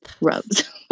rubs